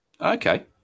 okay